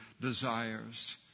desires